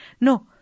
No